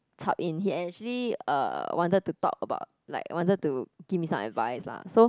chup in he actually uh wanted to talk about like wanted to give me some advice lah so